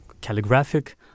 calligraphic